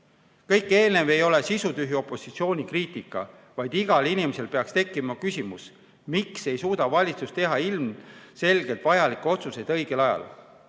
Kõik eelnev ei ole sisutühi opositsiooni kriitika, vaid igal inimesel peaks tekkima küsimus, miks ei suuda valitsus teha ilmselgelt vajalikke otsuseid õigel ajal.